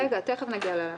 רגע, תיכף נגיע "לאחריה".